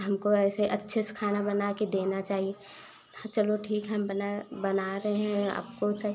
हमको ऐसे अच्छे से खाना बना के देना चाहिए हाँ चलो ठीक है हम बना बना रहे हैं आपो सही